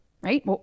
right